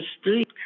street